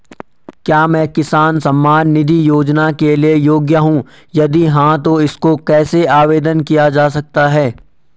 क्या मैं किसान सम्मान निधि योजना के लिए योग्य हूँ यदि हाँ तो इसको कैसे आवेदन किया जा सकता है?